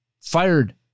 Fired